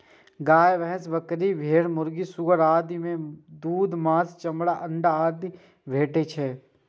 गाय, भैंस, बकरी, भेड़, मुर्गी, सुअर आदि सं दूध, मासु, चमड़ा, अंडा आदि भेटै छै